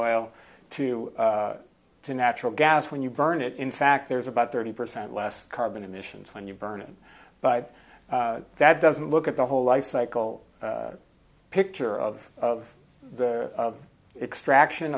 oil to the natural gas when you burn it in fact there's about thirty percent less carbon emissions when you burn it but that doesn't look at the whole lifecycle picture of of the extraction